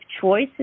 choice